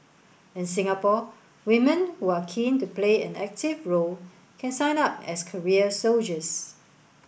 in Singapore women who are keen to play an active role can sign up as career soldiers